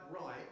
right